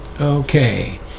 okay